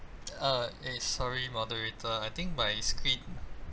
uh eh sorry moderator I think my screen